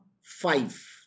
five